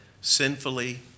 sinfully